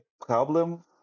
problem